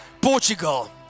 Portugal